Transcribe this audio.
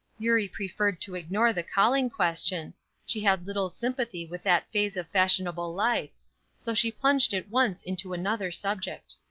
eurie preferred to ignore the calling question she had little sympathy with that phase of fashionable life so she plunged at once into another subject.